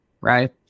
Right